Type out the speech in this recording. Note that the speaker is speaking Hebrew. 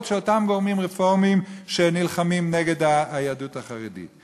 של אותם גורמים רפורמיים שנלחמים נגד היהדות החרדית.